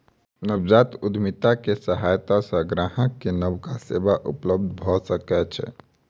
नवजात उद्यमिता के सहायता सॅ ग्राहक के नबका सेवा उपलब्ध भ सकै छै